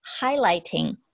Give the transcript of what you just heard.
highlighting